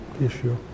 issue